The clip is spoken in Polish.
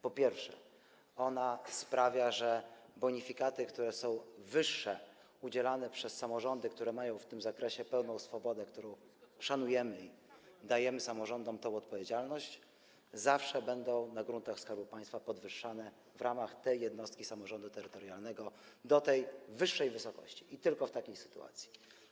Po pierwsze, ona sprawia, że bonifikaty, które są wyższe, udzielane przez samorządy, które mają w tym zakresie pełną swobodę - którą szanujemy i powierzamy samorządom tę odpowiedzialność - zawsze będą na gruntach Skarbu Państwa podwyższane, w ramach tej jednostki samorządu terytorialnego, do tej większej wysokości i tylko w takiej sytuacji.